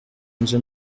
inzu